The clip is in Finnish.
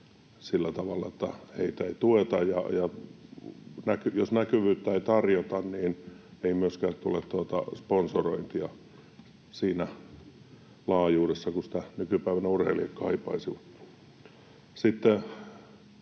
sillä tavalla, että heitä ei tueta. Ja jos näkyvyyttä ei tarjota, niin ei myöskään tule sponsorointia siinä laajuudessa kuin sitä nykypäivänä urheilijat kaipaisivat.